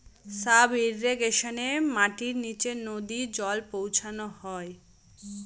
sub ইর্রিগেশনে মাটির নীচে নদী জল পৌঁছানো হয়